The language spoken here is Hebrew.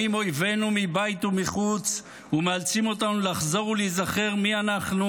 באים אויבינו מבית ומחוץ ומאלצים אותנו לחזור ולהיזכר מי אנחנו,